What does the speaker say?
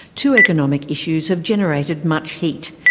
two economic issues have generated much heat.